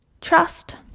Trust